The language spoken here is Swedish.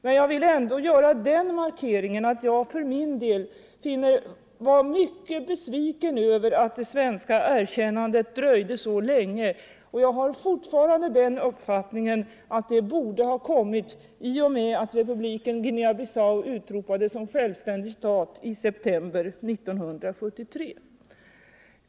Men jag vill ändå göra den markeringen att jag för min del var mycket besviken över att det svenska erkännandet dröjde så länge som det gjorde. Jag har fortfarande den uppfattningen att det borde ha kommit i och med att republiken Guinea-Bissau utropades som självständig stat i september 1973.